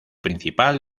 principal